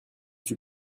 suis